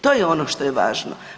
To je ono što je važno.